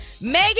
Megan